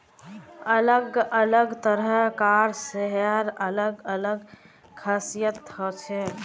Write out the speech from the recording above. अलग अलग तरह कार रेशार अलग अलग खासियत हछेक